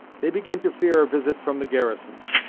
they begin to fear a visit from the garrisons,